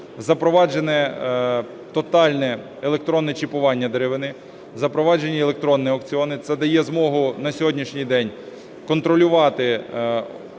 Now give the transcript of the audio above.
Запроваджено тотальне електронне чіпування деревини, запроваджені електронні аукціони. Це дає змогу на сьогоднішній день контролювати велику частину